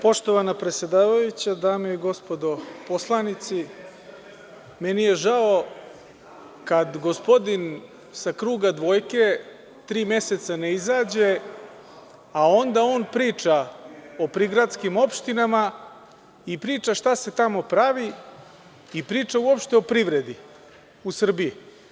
Poštovana predsedavajuća, dame i gospodo narodni poslanici, meni je žao kad gospodin sa kruga dvojke tri meseca ne izađe, a onda on priča o prigradskim opštinama i priča šta se tamo pravi i priča uopšte o privredi u Srbiji.